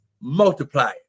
multiply